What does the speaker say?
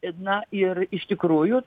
ir na ir iš tikrųjų